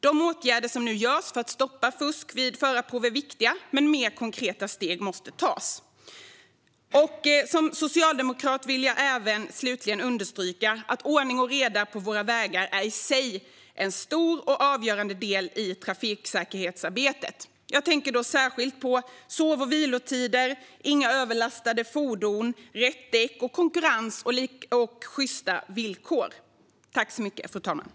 De åtgärder som nu vidtas för att stoppa fusk vid förarprov är viktiga. Men mer konkreta steg måste tas. Som socialdemokrat vill jag slutligen understryka att ordning och reda på våra vägar i sig är en stor och avgörande del i trafiksäkerhetsarbetet. Jag tänker då särskilt på sov och vilotider, på att fordonen ska ha rätt däck och aldrig överlastas och på konkurrens med sjysta villkor.